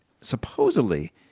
supposedly